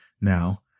now